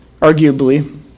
arguably